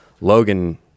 Logan